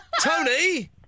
Tony